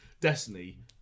Destiny